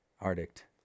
Arctic